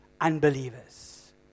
unbelievers